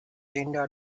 linda